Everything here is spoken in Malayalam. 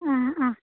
ആ ആ